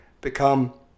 become